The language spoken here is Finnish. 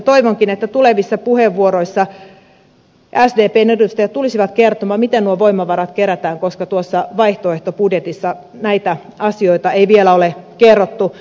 toivonkin että tulevissa puheenvuoroissa sdpn edustajat tulisivat kertomaan miten nuo voimavarat kerätään koska tuossa vaihtoehtobudjetissa näitä asioita ei vielä ole kerrottu